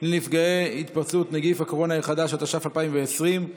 לנפגעי התפרצות נגיף הקורונה החדש), התש"ף 2020,